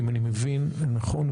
אם אני מבין נכון,